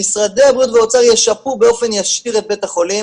משרדי הבריאות והאוצר ישפו באופן ישיר את בית החולים